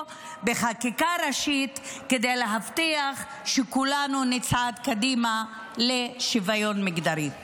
בחקיקה ראשית כדי להבטיח שכולנו נצעד קדימה לשוויון מגדרי.